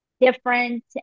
different